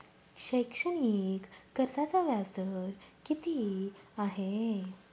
शैक्षणिक कर्जाचा व्याजदर किती आहे?